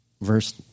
verse